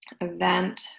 event